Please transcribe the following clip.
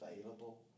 available